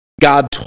God